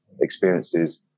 experiences